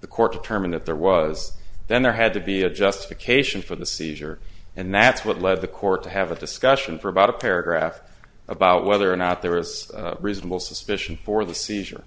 the court determined that there was then there had to be a justification for the seizure and that's what led the court to have a discussion for about a paragraph about whether or not there was reasonable suspicion for the seizure